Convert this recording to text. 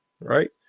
right